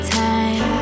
time